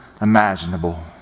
imaginable